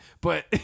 but-